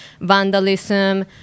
vandalism